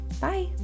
Bye